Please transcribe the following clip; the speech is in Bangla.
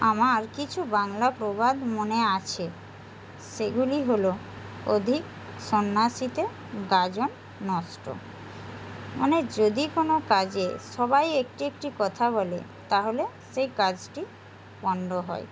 আমার কিছু বাংলা প্রবাদ মনে আছে সেগুলি হল অধিক সন্ন্যাসীতে গাজন নষ্ট মানে যদি কোনো কাজে সবাই একটি একটি কথা বলে তাহলে সেই কাজটি পণ্ড হয়